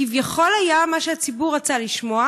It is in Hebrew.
כביכול היה מה שהציבור רצה לשמוע,